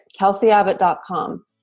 kelseyabbott.com